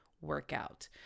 workout